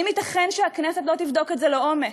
האם ייתכן שהכנסת לא תבדוק את זה לעומק?